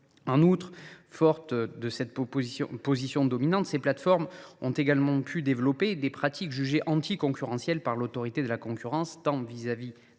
En outre, fortes de cette position dominante, ces plateformes ont pu développer des pratiques jugées anticoncurrentielles par l’Autorité de la concurrence vis à vis